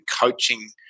coaching